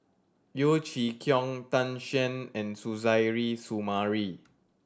Yeo Chee Kiong Tan Shen and Suzairhe Sumari